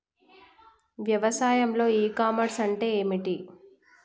వ్యవసాయంలో e commerce అంటే ఏమిటి?